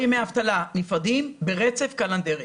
או ימי אבטלה נפרדים ברצף קלנדרי.